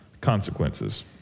consequences